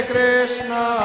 Krishna